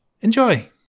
Enjoy